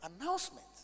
announcement